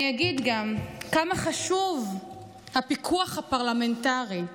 אני אגיד גם כמה חשוב הפיקוח הפרלמנטרי.